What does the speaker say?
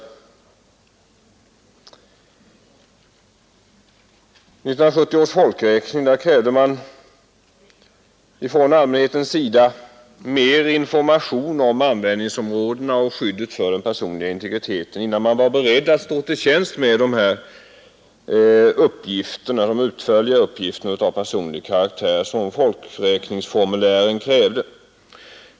Vid 1970 års folkräkning krävde allmänheten mer information om användningsområdena för begärda uppgifter och skyddet för den personliga integriteten innan man var beredd att stå till tjänst med de utförliga upplysningar av personlig karaktär som folkräkningsformulären krävde.